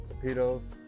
torpedoes